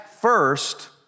first